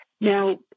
Now